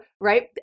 right